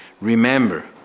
Remember